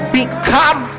become